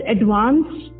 Advanced